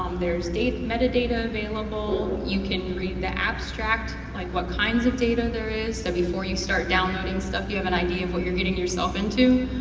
um there's meta data available, you can read the abstract, like what kinds of data there is, so before you start downloading stuff, you have an idea of what you're getting yourself into.